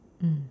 mm